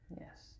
Yes